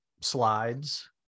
slides